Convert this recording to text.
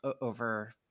over